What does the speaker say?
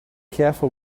careful